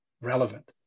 relevant